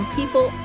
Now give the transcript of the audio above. people